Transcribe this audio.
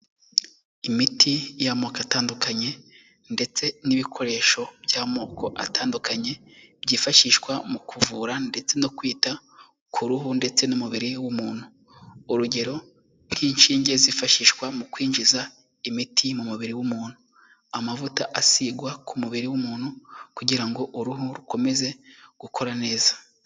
Imiti y'amoko atandukanye ndetse n'ibikoresho by'amoko atandukanye byifashishwa mu kuvura ndetse no kwita ku ruhu ndetse n'umubiri w'umuntu. Urugero nk'inshinge zifashishwa mu kwinjiza imiti mu mubiri w'umuntu, amavuta asigwa ku mubiri w'umuntu kugira ngo uruhu rukomeze gukora neza.